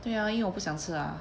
对啊因为我不想吃啊